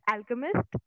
Alchemist